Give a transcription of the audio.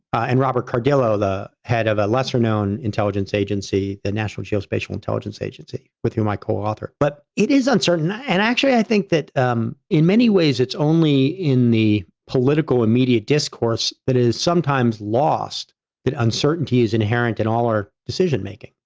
and robert cardillo, the head of a lesser known intelligence agency, the national geospatial intelligence agency, with whom i co-author. but it is uncertain and actually, i think that um in many ways, it's only in the political immediate discourse that is sometimes lost that uncertainty is inherent in all our decision making.